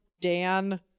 Dan